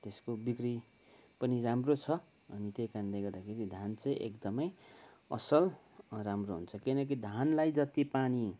त्यसको बिक्री पनि राम्रो छ अनि त्यही कारणले गर्दाखेरि धान चाहिँ एकदमै असल राम्रो हुन्छ किनकि धानलाई जति पानी